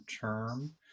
term